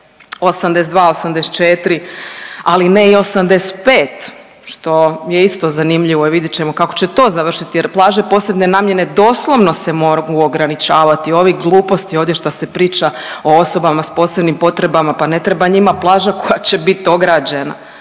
82, 83, ali ne i 85, što je isto zanimljivo i vidjet ćemo kako će to završiti jer plaže posebne namjene doslovno se mogu ograničavati. Ovi gluposti ovdje šta se priča o osobama s posebnim potrebama, pa ne treba njima plaža koja će biti ograđena,